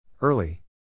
Early